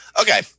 Okay